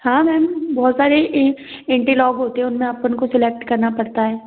हाँ मैम बहुत सारे एंटीलॉग होते हैं उनमें आप उनको सेलेक्ट करना पड़ता है